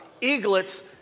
eaglets